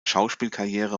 schauspielkarriere